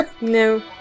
No